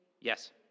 Yes